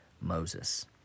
Moses